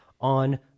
on